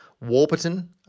Warburton